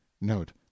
Note